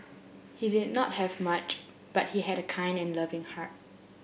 he did not have much but he had a kind and loving heart